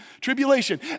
tribulation